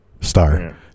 star